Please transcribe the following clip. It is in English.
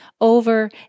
over